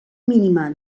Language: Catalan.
mínima